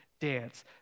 dance